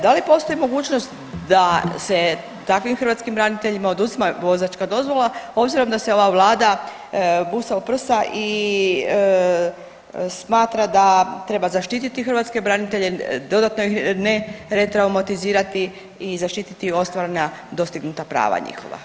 Da li postoji mogućnost da se takvim hrvatskim braniteljima oduzima vozačka dozvola obzirom da se ova vlada busa u prsa i smatra da treba zaštititi hrvatske branitelje, dodatno iz ne re traumatizirati i zaštititi ostvarena dostignuta prava njihova?